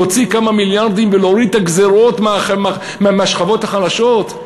להוציא כמה מיליארדים ולהוריד את הגזירות מהשכבות החלשות?